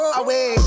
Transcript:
away